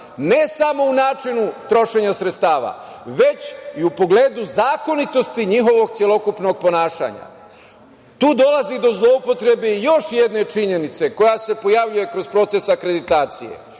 Ne samo u načinu trošenja sredstava, već i u pogledu zakonitosti njihovog celokupnog ponašanja. Tu dolazi do zloupotrebe još jedne činjenice koja se pojavljuje kroz proces akreditacije.